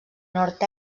nord